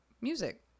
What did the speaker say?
music